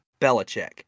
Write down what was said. Belichick